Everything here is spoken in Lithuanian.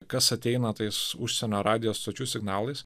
kas ateina tais užsienio radijo stočių signalais